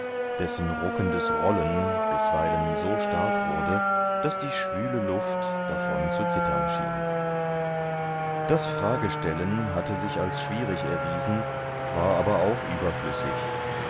dessen ruckendes rollen bisweilen so stark wurde daß die schwüle luft davon zu zittern schien das fragestellen hatte sich als schwierig erwiesen war aber auch überflüssig